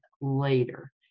later